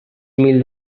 mil